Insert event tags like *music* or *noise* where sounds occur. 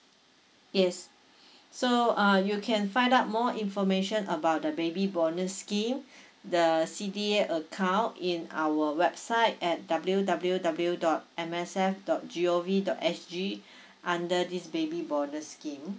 yes *breath* so uh you can find out more information about the baby bonus scheme *breath* the C_D_A account in our website at W W W dot M S F dot G O V dot S G *breath* under this baby bonus scheme